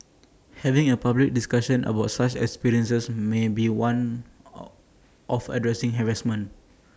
having A public discussion about such experiences may be one of addressing harassment